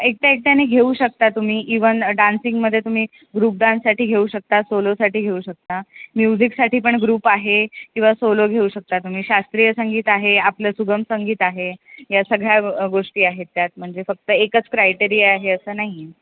एकट्या एकट्याने घेऊ शकता तुम्ही इवन डान्सिंगमध्ये तुम्ही ग्रुप डान्ससाठी घेऊ शकता सोलोसाठी घेऊ शकता म्युझिकसाठी पण ग्रुप आहे किंवा सोलो घेऊ शकता तुम्ही शास्त्रीय संगीत आहे आपलं सुगम संगीत आहे या सगळ्या गोष्टी आहेत त्यात म्हणजे फक्त एकच क्रायटेरिया आहे असं नाही आहे